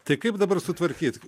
tai kaip dabar sutvarkyt